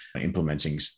implementing